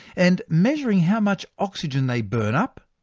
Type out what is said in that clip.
and measuring how much oxygen they burn up,